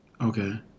okay